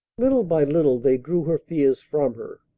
little by little they drew her fears from her.